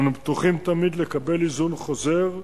אנו פתוחים תמיד לקבל היזון חוזר,